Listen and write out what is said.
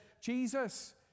Jesus